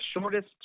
shortest